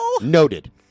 Noted